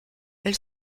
elle